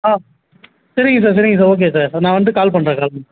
ஆ சரிங்க சார் சரிங்க sir okay sir நான் வந்து கால் பண்ணுறேன் காலைல